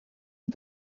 une